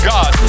God